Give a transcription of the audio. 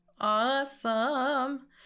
Awesome